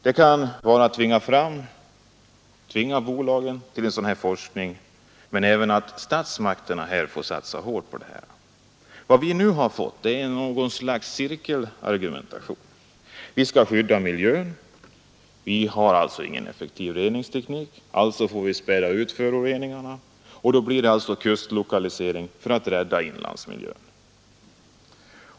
Bolagen måste tvingas till en sådan här forskning, men även statsmakterna får satsa hårt på området. Vad vi nu fått är ett slags cirkelargumentation. Vi skall skydda miljön, men vi har ingen effektiv reningsteknik och alltså får vi späda ut föroreningarna, varför det blir kustlokalisering för att rädda inlandsmiljön.